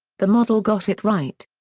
the model got it right.